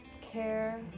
care